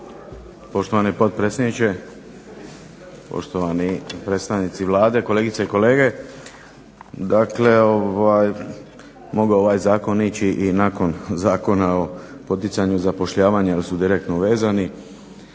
Poštovani potpredsjedniče, poštovani predstavnici Vlade, kolegice i kolege. Dakle, mogao je ovaj zakon ići i nakon Zakona o poticanju zapošljavanja jer su direktno vezani.